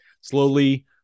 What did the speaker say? slowly